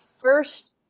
First